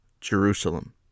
Jerusalem